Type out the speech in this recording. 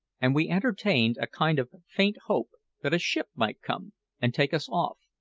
and we entertained a kind of faint hope that a ship might come and take us off.